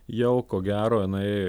jau ko gero jinai